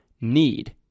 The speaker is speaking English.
need